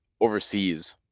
overseas